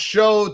Show